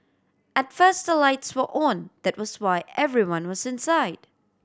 at first the lights were own that was why everyone was inside